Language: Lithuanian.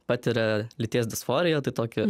patiria lyties disforiją tai tokį